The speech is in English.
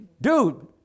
Dude